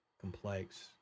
complex